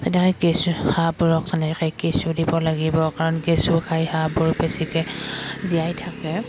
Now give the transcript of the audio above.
সেনেকৈ কেঁচু হাঁহ কেঁচু দিব লাগিব কাৰণ কেঁচু খাই হাঁহবোৰ বেছিকৈ জীয়াই থাকে